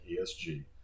ESG